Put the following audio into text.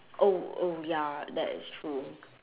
oh oh ya that is true